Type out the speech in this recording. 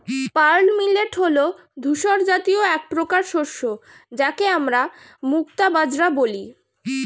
pearl millet হল ধূসর জাতীয় একপ্রকার শস্য যাকে আমরা মুক্তা বাজরা বলি